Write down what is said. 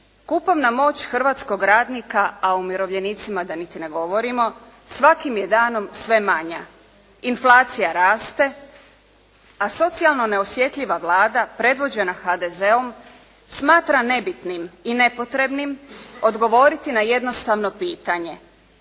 Kupovna moć hrvatskog radnika, a o umirovljenicima da niti ne govorimo svakim je danom sve manja. Inflacija raste, a socijalno neosjetljiva Vlada predvođena HDZ-om smatra nebitnim i nepotrebnim odgovoriti na jednostavno pitanje.